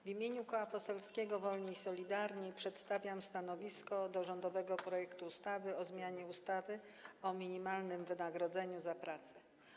W imieniu Koła Poselskiego Wolni i Solidarni przedstawiam stanowisko odnośnie do rządowego projektu ustawy o zmianie ustawy o minimalnym wynagrodzeniu za pracę.